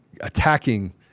attacking